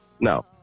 No